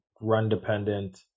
run-dependent